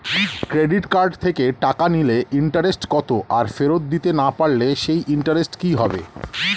Credit card থেকে টাকা নিলে ইন্টারেস্ট কত আর ফেরত দিতে না পারলে সেই ইন্টারেস্ট কি হবে?